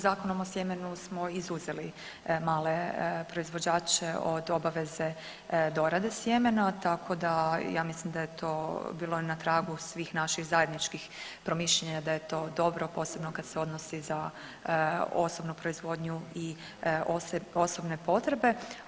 Zakonom o sjemenu smo izuzeli male proizvođače od obaveze dorade sjemena, tako da ja mislim da je to bilo na tragu svih naših zajedničkih promišljanja da je to dobro posebno kad se odnosi na osobnu proizvodnju i osobne potrebe.